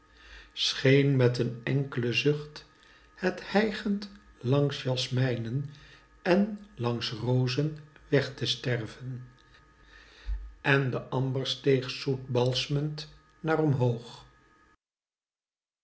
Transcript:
scheen met een enklen zucht het hijgend langs jasmijnen en langs rozen weg te sterven en de amber steeg zoet balsmend naar omhoog